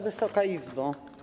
Wysoka Izbo!